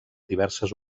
diverses